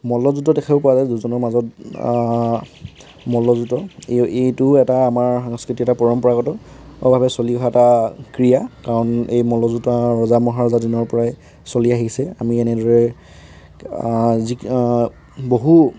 মল্লযুঁদ্ধ দেখিবলৈ পোৱা যায় দুজনৰ মাজত মল্লযুদ্ধ এই এইটোও এটা আমাৰ সাংস্কৃতিৰ এটা পৰম্পৰাগতভাৱে চলি অহা এটা ক্ৰীড়া কাৰণ এই মল্লযুঁদ্ধ ৰজা মহাৰজাৰ দিনৰ পৰাই চলি আহিছে আমি এনেদৰে যি বহু